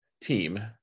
team